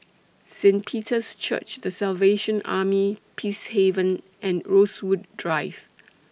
Saint Peter's Church The Salvation Army Peacehaven and Rosewood Drive